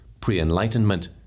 pre-enlightenment